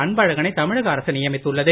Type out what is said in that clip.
அன்பழகனை தமிழக அரசு நியமித்துள்ளது